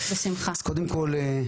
אז קודם כול,